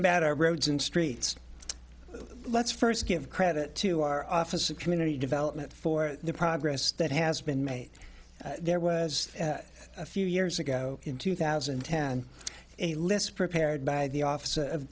about our roads and streets let's first give credit to our office of community development for the progress that has been made there was a few years ago in two thousand and ten a less prepared by the office a